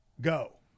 go